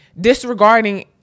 disregarding